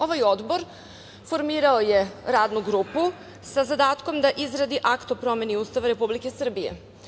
Ovaj odbor formirao je Radnu grupu sa zadatkom da izradi akt o promeni Ustava Republike Srbije.